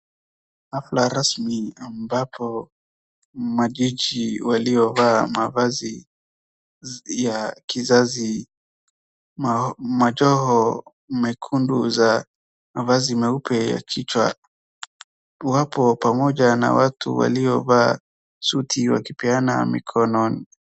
Hafla rasmi ambapo majaji waliovaa mavazi ya kizazi, machao mekundu za mavazi meupe ya chicha, wapo pamoja na watu waliovaa suti wakipeana mikono.